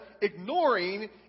ignoring